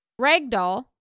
Ragdoll